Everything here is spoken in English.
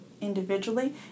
individually